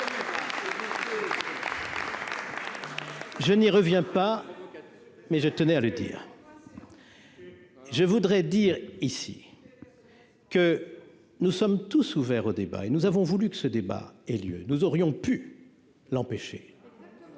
Je n'y reviens pas, mais je tenais à le dire, je voudrais dire ici que nous sommes tous ouverts au débat et nous avons voulu que ce débat ait lieu, nous aurions pu l'empêcher.